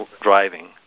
driving